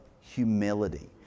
humility